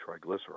triglycerides